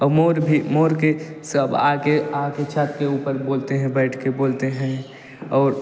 और मोर भी मोर के सब आगे आगे छत पर ऊपर बोलते हैं बैठ कर बोलते हैं और